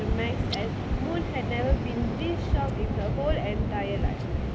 as moon has never been this shocked her whole entire life